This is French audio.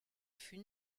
fut